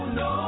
no